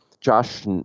Josh